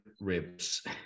ribs